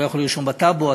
לא יכול לרשום בטאבו,